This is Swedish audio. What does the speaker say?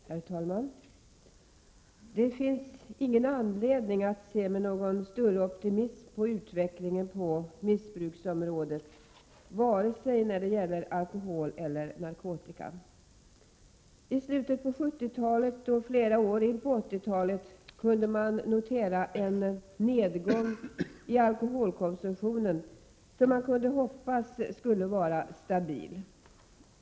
Herr talman! Det finns ingen anledning att se med någon större optimism på utvecklingen på missbruksområdet, vare sig det gäller alkohol eller narkotika. I slutet på 70-talet och flera år in på 80-talet kunde vi notera en nedgång i alkoholkonsumtionen, en nedgång som man kunde hoppas skulle fortsätta.